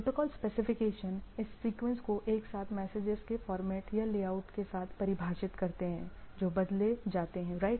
protocol specification इस sequence को एक साथ मैसेजेस के फॉर्मेट या लेआउट के साथ परिभाषित करते हैं जो बदले जाते हैं राइट